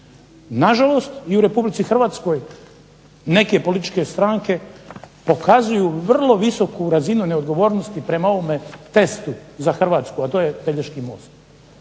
na žalost i u Republici Hrvatskoj neke političke stranke pokazuju vrlo visoku razinu neodgovornosti prema ovome testu za Hrvatsku, a to je pelješki most.